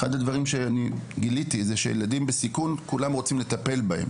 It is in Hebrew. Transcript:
ואחד הדברים שאני גיליתי הוא שילדים בסיכון כולם רוצים לטפל בהם